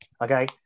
okay